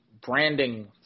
branding